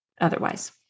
otherwise